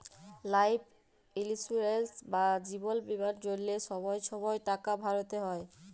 life insurance বা জিবল বীমার জ্যনহে ছময় ছময় টাকা ভ্যরতে হ্যয়